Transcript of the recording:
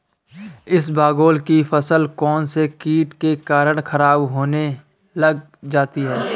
इसबगोल की फसल कौनसे कीट के कारण खराब होने लग जाती है?